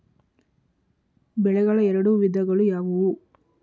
ಬೆಳೆಗಳ ಎರಡು ವಿಧಗಳು ಯಾವುವು?